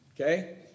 okay